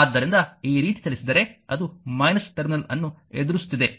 ಆದ್ದರಿಂದ ಈ ರೀತಿ ಚಲಿಸಿದರೆ ಅದು ಟರ್ಮಿನಲ್ ಅನ್ನು ಎದುರಿಸುತ್ತಿದೆ